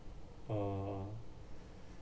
uh